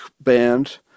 band